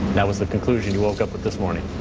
that was the conclusion you woke up with this morning?